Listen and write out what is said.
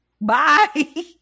bye